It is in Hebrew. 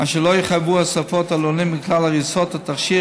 אשר לא יחייבו הוספת עלונים לכלל אריזות התכשיר,